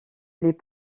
les